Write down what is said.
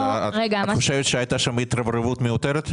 את חושבת שהייתה שם התרברבות מיותרת?